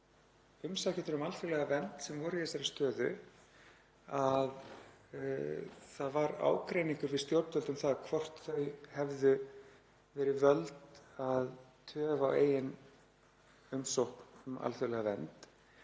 umsækjendur um alþjóðlega vernd sem voru í þeirri stöðu að það var ágreiningur við stjórnvöld um það hvort þau hefðu verið völd að töf á eigin umsókn um alþjóðlega vernd